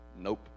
Nope